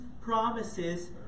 promises